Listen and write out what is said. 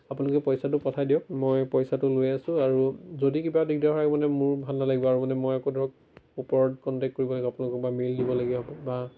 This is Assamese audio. আপোনালোকে পইচাটো পঠাই দিয়ক মই পইচাটো লৈ আছো আৰু যদি কিবা দিগদাৰ হয় মানে মোৰো ভাল নালাগিব আৰু মানে মই আকৌ ধৰক ওপৰত কণ্টেক্ট কৰিব লাগিব আপোনালোকক বা মেইল দিবলগীয়া হ'ব বা